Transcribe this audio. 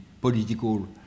political